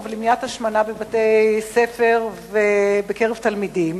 למניעת השמנה בבתי-ספר ובקרב תלמידים,